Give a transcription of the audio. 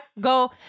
go